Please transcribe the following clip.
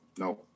No